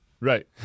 Right